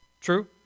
True